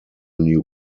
new